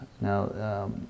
Now